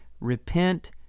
repent